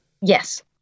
Yes